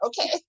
okay